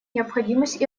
необходимость